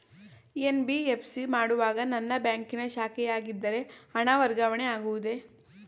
NBFC ಮಾಡುವಾಗ ನನ್ನ ಬ್ಯಾಂಕಿನ ಶಾಖೆಯಾಗಿದ್ದರೆ ಹಣ ವರ್ಗಾವಣೆ ಆಗುವುದೇ?